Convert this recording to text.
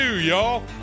y'all